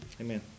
Amen